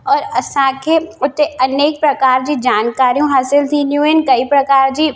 और असांखे उते अनेक प्रकार जी जानकारियूं हासिलु थींदियूं आहिनि कई प्रकार जी